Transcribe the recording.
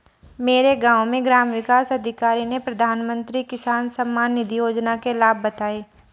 मेरे गांव में ग्राम विकास अधिकारी ने प्रधानमंत्री किसान सम्मान निधि योजना के लाभ बताएं